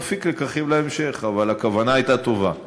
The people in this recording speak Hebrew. נפיק לקחים בהמשך, אבל הכוונה הייתה טובה.